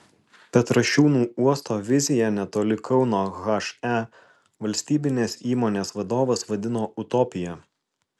petrašiūnų uosto viziją netoli kauno he valstybinės įmonės vadovas vadino utopija